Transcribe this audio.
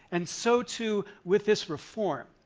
and so too with this reform.